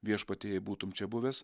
viešpatie jei būtum čia buvęs